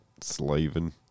slaving